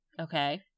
Okay